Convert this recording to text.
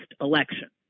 election